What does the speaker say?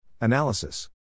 analysis